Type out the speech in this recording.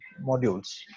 modules